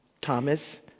Thomas